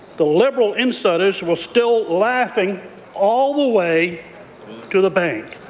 the liberal insiders were still laughing all the way to the bank.